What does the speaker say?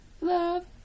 Love